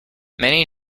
many